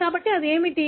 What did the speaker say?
కాబట్టి అది ఏమిటి